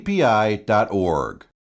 api.org